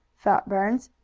thought burns.